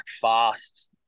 fast